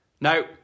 No